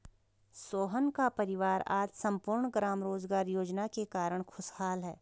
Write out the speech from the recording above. सोहन का परिवार आज सम्पूर्ण ग्राम रोजगार योजना के कारण खुशहाल है